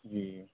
جی